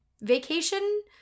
vacation